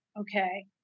Okay